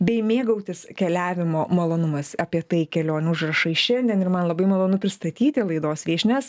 bei mėgautis keliavimo malonumais apie tai kelionių užrašai šiandien ir man labai malonu pristatyti laidos viešnias